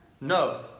No